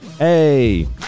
Hey